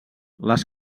les